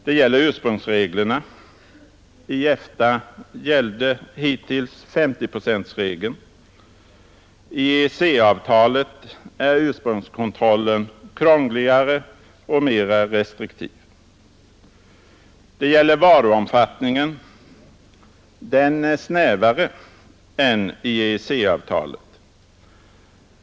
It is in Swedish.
Det gäller ursprungsreglerna: EFTA har 50-procentsregeln, men i EEC-avtalet är ursprungskontrol len krångligare och mera restriktiv. Det gäller varuomfattningen: den är snävare i EEC-avtalet.